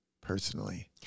personally